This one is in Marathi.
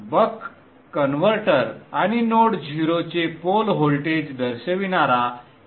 बक कन्व्हर्टर आणि नोड O चे पोल व्होल्टेज दर्शविणारा एक नोड P आहे